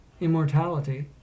immortality